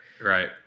right